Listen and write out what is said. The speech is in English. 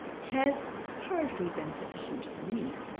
has hardly been sufficient for me.